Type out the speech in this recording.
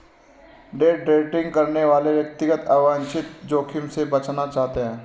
day trading करने वाले व्यक्ति अवांछित जोखिम से बचना चाहते हैं